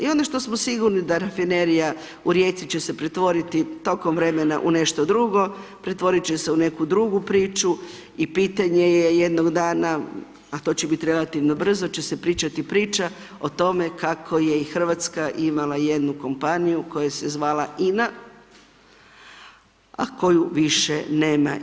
I ono što smo sigurni da rafinerija u Rijeci će se pretvoriti tokom vremena u nešto drugo, pretvoriti će se u neku drugu priču i pitanje je jednog dana, a to će biti relativno brzo će se pričati priča o tome kako je i Hrvatska imala jednu kompanija, koja se je zvala INA, a koju više nema.